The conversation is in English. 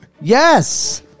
Yes